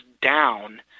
down